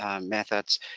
methods